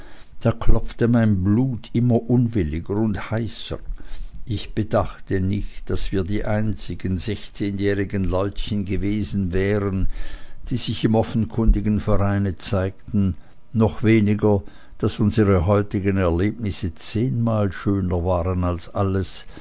da klopfte mein blut immer unwilliger und heißer ich bedachte nicht daß wir die einzigen sechszehnjährigen leutchen gewesen wären die sich im offenkundigen vereine zeigten noch weniger daß unsere heutigen erlebnisse zehnmal schöner waren als alles